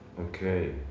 okay